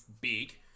big